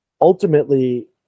Ultimately